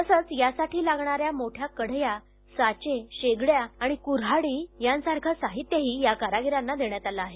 तसंच यासाठी लागणाऱ्या मोठ्या कढया साचे शेगड्या आणि कु हाडी वगैरे साहित्यही या कारागिरांना देण्यात आलं आहे